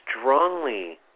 Strongly